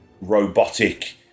robotic